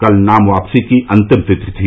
कल नाम वापसी की अंतिम तिथि थी